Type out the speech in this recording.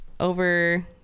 over